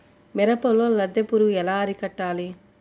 మిరపలో లద్దె పురుగు ఎలా అరికట్టాలి?